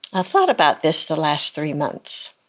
ah thought about this the last three months.